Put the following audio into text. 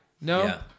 No